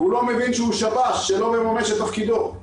והוא לא מבין שהוא שבש שלא מממש את תפקידו,